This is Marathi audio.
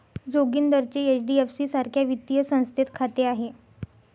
जोगिंदरचे एच.डी.एफ.सी सारख्या वित्तीय संस्थेत खाते आहे